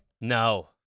No